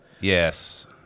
Yes